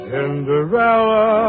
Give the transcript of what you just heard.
Cinderella